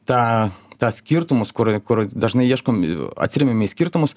tą tą skirtumus kur kur dažnai ieškom atsiremiam į skirtumus